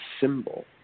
symbol